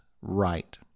right